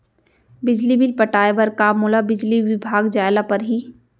बिजली बिल पटाय बर का मोला बिजली विभाग जाय ल परही?